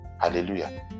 Hallelujah